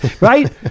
Right